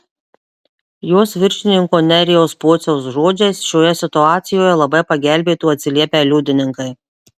jos viršininko nerijaus pociaus žodžiais šioje situacijoje labai pagelbėtų atsiliepę liudininkai